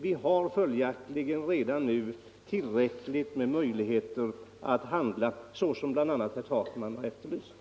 Vi har alltså redan nu tillräckliga möjligheter att handla på det sätt som bl.a. herr Takman efterlyst.